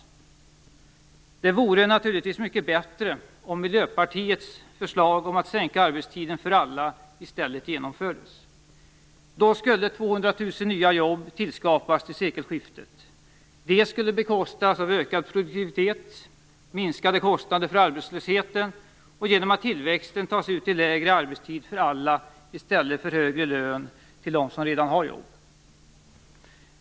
Naturligtvis vore det mycket bättre om Miljöpartiets förslag om att sänka arbetstiden för alla i stället genomfördes. Då skulle 200 000 nya jobb tillskapas fram till sekelskiftet. Det skulle bekostas av en ökad produktivitet och minskade kostnader för arbetslösheten och genom att tillväxten tas ut i lägre arbetstid för alla i stället för i högre lön till dem som redan har jobb.